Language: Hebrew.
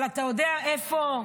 אבל אתה יודע איפה,